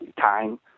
time